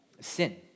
Sin